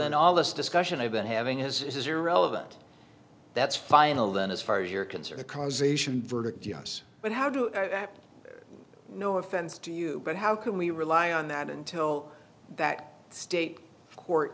and all this discussion i've been having is irrelevant that's final then as far as you're concerned causation verdict yes but how do you act no offense to you but how can we rely on that until that state court